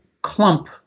clump